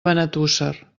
benetússer